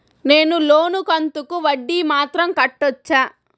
నేను లోను కంతుకు వడ్డీ మాత్రం కట్టొచ్చా?